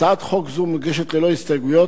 הצעת חוק זו מוגשת ללא הסתייגויות,